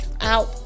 out